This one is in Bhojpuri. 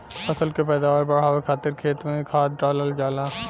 फसल के पैदावार बढ़ावे खातिर खेत में खाद डालल जाला